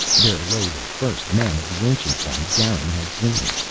there lay the first men of the ancient ones garin had seen.